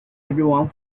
everyone